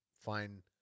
fine